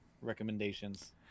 recommendations